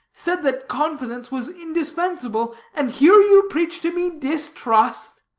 said that confidence was indispensable, and here you preach to me distrust.